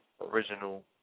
original